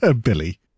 Billy